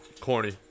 Corny